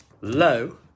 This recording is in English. low